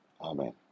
Amen